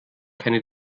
keine